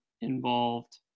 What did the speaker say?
involved